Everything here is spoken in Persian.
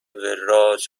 وراج